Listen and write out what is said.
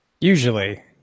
Usually